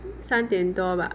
三点多吧